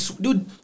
dude